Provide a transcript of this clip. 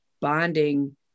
bonding